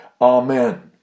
Amen